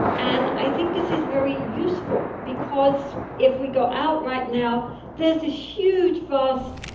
and i think this is very useful because if we go out right now there's this huge, vast,